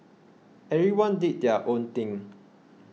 everyone did their own thing